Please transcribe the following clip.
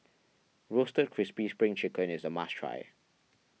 Roasted Crispy Spring Chicken is a must try